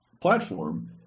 platform